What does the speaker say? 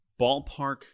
Ballpark